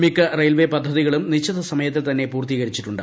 മിക്ക റെയിൽവേ പദ്ധതികളും നിശ്ചിത സമയത്തിൽ തന്നെ പൂർത്തീകരിച്ചിട്ടുണ്ട്